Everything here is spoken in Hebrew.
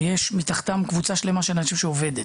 ויש מתחתם קבוצה שלמה של אנשים, שעובדת.